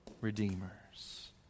redeemers